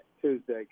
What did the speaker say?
Tuesday